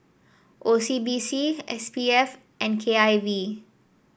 O C B C S P F and K I V